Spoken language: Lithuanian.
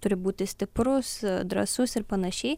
turi būti stiprus drąsus ir panašiai